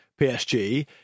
PSG